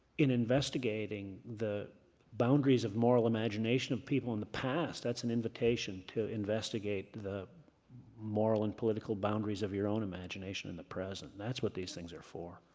in investigating the boundaries of moral imagination of people in the past, that's an invitation to investigate the moral and political boundaries of your own imagination in the present. that's what these things are for.